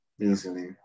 easily